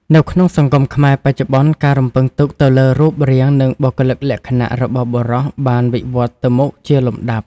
នៅក្នុងសង្គមខ្មែរបច្ចុប្បន្ន ការរំពឹងទុកទៅលើរូបរាង និងបុគ្គលិកលក្ខណៈរបស់បុរសបានវិវឌ្ឍន៍ទៅមុខជាលំដាប់។